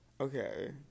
Okay